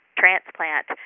transplant